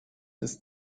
ist